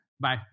Bye